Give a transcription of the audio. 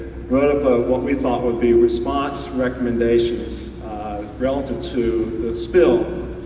wrote about what we thought would be response recommendations relative to the spill.